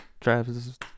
Travis